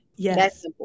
Yes